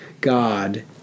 God